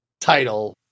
title